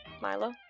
Milo